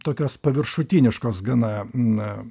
tokios paviršutiniškos gana na